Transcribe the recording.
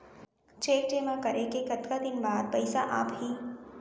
Cheque जेमा करें के कतका दिन बाद पइसा आप ही?